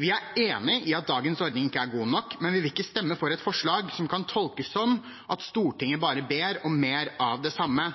Vi er enig i at dagens ordning ikke er god nok, men vi vil ikke stemme for et forslag som kan tolkes som at Stortinget bare ber om mer av det samme.